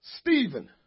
Stephen